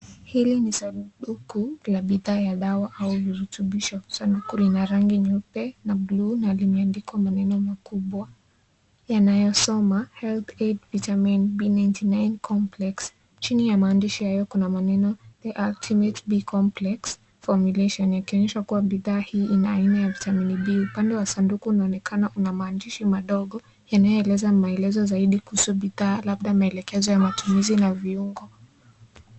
Hili ni sanduku la bidhaa ya dawa, au virutubisho. Sanduku lina rangi nyeupe na buluu na limeandikwa maneno makubwa yanayosoma Health aid vitamin B99 complex . Chini yaa maandishi hayo kuna maneno, The ultimate B complex formulation ikionesha kuwa bidhaa hii ina aina ya vitamin B. Upande wa sanduku unaonekana una maandishi madogo yanayoeleza maelezo zaidi kuhusu bidhaa, labda maelekezo ya matumizi na viungo.